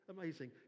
Amazing